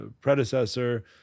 predecessor